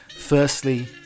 firstly